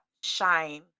shine